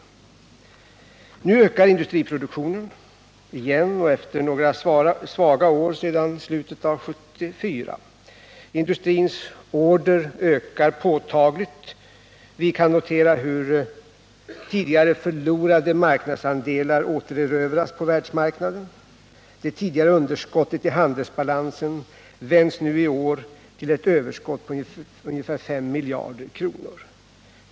Nu ökar industriproduktionen igen efter några svaga år sedan slutet av 1974. Industrins order ökar påtagligt. Vi kan notera hur tidigare förlorade marknadsandelar återerövras på världsmarknaden. Det tidigare underskottet i handelsbalansen vänds i år till ett överskott på ungefär S miljarder kronor.